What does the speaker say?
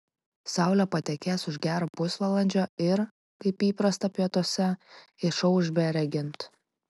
saulė patekės už gero pusvalandžio ir kaip įprasta pietuose išauš beregint